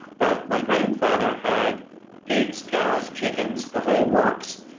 but my grandfather had pigs, cows, chickens the whole works,